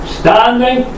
standing